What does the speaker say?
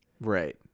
Right